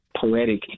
poetic